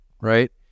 right